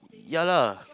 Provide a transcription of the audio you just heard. ya lah